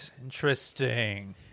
Interesting